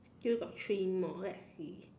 still got three more let's see